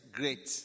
great